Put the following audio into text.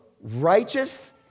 righteous